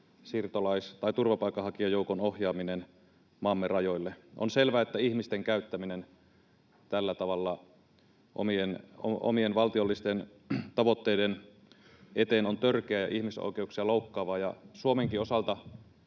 siirtolais‑ tai turvapaikanhakijajoukon ohjaaminen maamme rajoille. On selvää, että ihmisten käyttäminen tällä tavalla omien valtiollisten tavoitteiden eteen on törkeää ja ihmisoikeuksia loukkaavaa. Suomenkin osalta